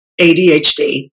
ADHD